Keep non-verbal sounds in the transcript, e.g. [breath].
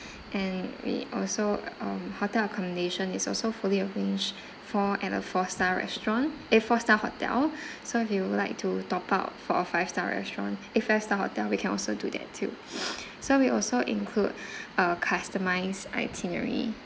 and we also um hotel accommodation is also fully arranged for at a four star restaurant eh four star hotel so if you would like to top up for a five star restaurant eh five star hotel we can also do that too [breath] so we also include a customized itinerary